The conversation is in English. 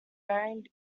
varying